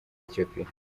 ethiopia